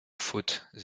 fautes